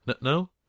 No